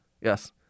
Yes